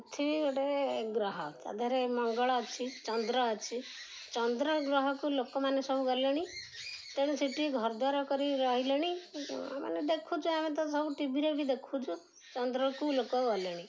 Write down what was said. ପଥିବୀ ଗୋଟେ ଗ୍ରହ ତାଦିହରେ ମଙ୍ଗଳ ଅଛି ଚନ୍ଦ୍ର ଅଛି ଚନ୍ଦ୍ର ଗ୍ରହକୁ ଲୋକମାନେ ସବୁ ଗଲେଣି ତେଣୁ ସିଠି ଘରଦ୍ୱାର କରି ରହିଲେଣି ମାନେ ଦେଖୁଛୁ ଆମେ ତ ସବୁ ଟିଭିରେ ବି ଦେଖୁଛୁ ଚନ୍ଦ୍ରକୁ ଲୋକ ଗଲେଣି